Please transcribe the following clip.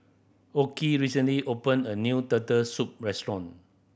Okey recently opened a new Turtle Soup restaurant